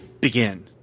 begin